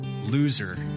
Loser